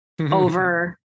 over